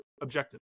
objective